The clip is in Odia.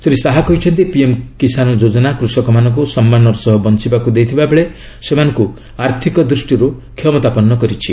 ଶ୍ରୀ ଶାହା କହିଛନ୍ତି ପିଏମ୍ କିଷାନ ଯୋଜନା କୃଷକମାନଙ୍କୁ ସମ୍ମାନର ସହ ବଞ୍ଚ୍ଚବାକୁ ଦେଇଥିବା ବେଳେ ସେମାନଙ୍କୁ ଆର୍ଥିକ ଦୃଷ୍ଟିରୁ କ୍ଷମତାପନ୍ନ କରିଛି